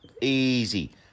Easy